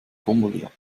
formuliert